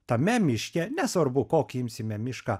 tame miške nesvarbu kokį imsime mišką